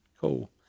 Cool